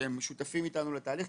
שהם שותפים איתנו לתהליך?